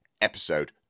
episode